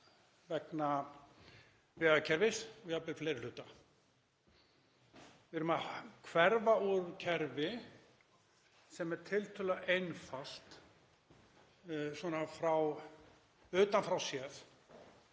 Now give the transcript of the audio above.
vegna vegakerfis og jafnvel fleiri hluta. Við erum að hverfa úr kerfi sem er tiltölulega einfalt svona utan frá séð